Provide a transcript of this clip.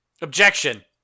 Objection